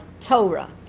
Torah